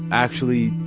actually,